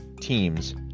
teams